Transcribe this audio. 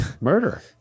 Murder